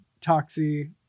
Toxie